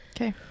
Okay